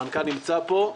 המנכ"ל נמצא פה.